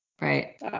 right